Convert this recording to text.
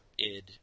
Id